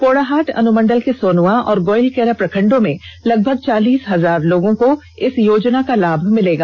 पोड़ाहाट अनुमंडल के सोनुआ और गोइलकेरा प्रखंडों में लगभग चालीस हजार लोगों को इस योजना का लाभ मिलेगा